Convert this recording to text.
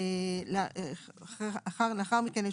לאחר מכן,